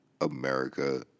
America